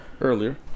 Earlier